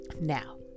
Now